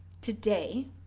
today